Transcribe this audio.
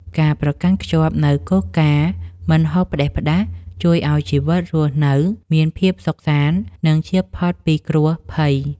ការប្រកាន់ខ្ជាប់នូវគោលការណ៍មិនហូបផ្ដេសផ្ដាសជួយឱ្យជីវិតរស់នៅមានភាពសុខសាន្តនិងចៀសផុតពីគ្រោះភ័យ។